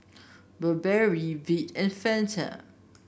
Burberry Veet and Fanta